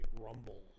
Rumble